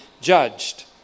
judged